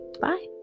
bye